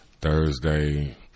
Thursday